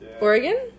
Oregon